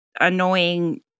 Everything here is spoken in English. annoying